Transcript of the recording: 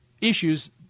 issues